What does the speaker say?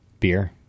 Beer